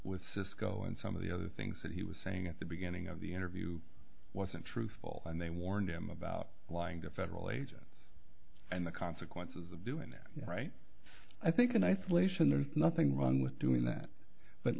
cisco and some of the other things that he was saying at the beginning of the interview wasn't truthful and they warned him about lying to federal agents and the consequences of doing that right i think in isolation there's nothing wrong with doing that but